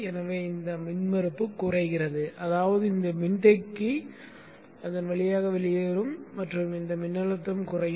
எனவே இந்த மின்மறுப்பு குறைகிறது அதாவது இந்த மின்தேக்கி அதன் வழியாக வெளியேறும் மற்றும் இந்த மின்னழுத்தம் குறையும்